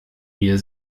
wir